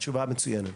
תשובה מצוינת.